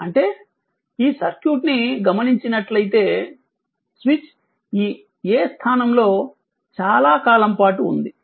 అంటే ఈ సర్క్యూట్ ని గమనించినట్లైతే స్విచ్ ఈ A స్థానంలో చాలా కాలం పాటు ఉంది